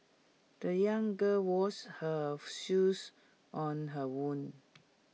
the young girl washed her shoes on her own